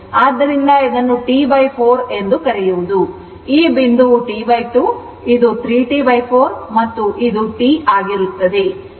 ಆದ್ದರಿಂದ ಇದನ್ನು T4 ಎಂದು ಕರೆಯುವುದು ಈ ಬಿಂದುವು T 2 ಇದು 3 T 4 ಮತ್ತು ಇದು T ಆಗಿರುತ್ತದೆ